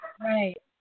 Right